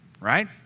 right